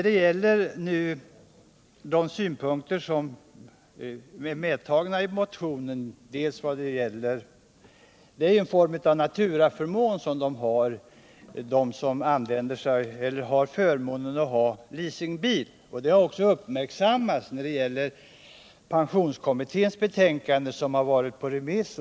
Beträffande synpunkterna i motionen vill jag emellertid säga att det är ett slags naturaförmån att ha leasingbil. Detta har också uppmärksammats då det gäller pensionskommitténs betänkande som har varit på remiss.